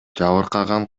жабыркаган